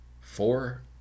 four